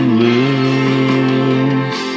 lose